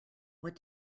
what